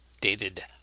dated